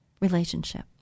relationship